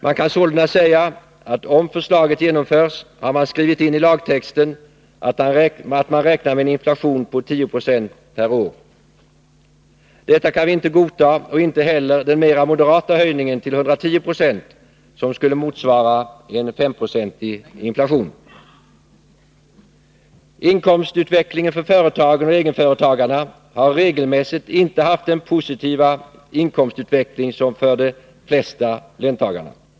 Det kan sålunda sägas att om förslaget genomförs, har man skrivit in i lagtexten att man räknar med en inflation på 10 96 per år. Detta kan vi inte godta och inte heller den mera moderata höjningen till 110 90, som skulle motsvara en femprocentig inflation. Inkomstutvecklingen för företagen och egenföretagarna har regelmässigt inte varit lika positiv som den varit för de flesta löntagare.